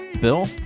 Bill